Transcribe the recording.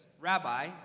Rabbi